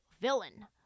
villain